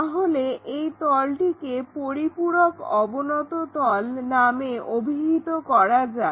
তাহলে এই তলটিকে পরিপূরক অবনত তল নামে অভিহিত করা যাক